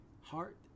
heart